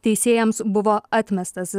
teisėjams buvo atmestas